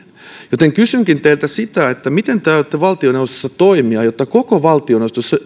joten kysynkin teiltä miten te aiotte valtioneuvostossa toimia jotta koko valtioneuvosto